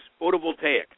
photovoltaic